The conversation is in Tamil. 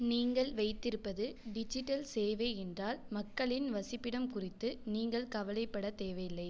நீங்கள் வைத்திருப்பது டிஜிட்டல் சேவை என்றால் மக்களின் வசிப்பிடம் குறித்து நீங்கள் கவலைப்படத் தேவையில்லை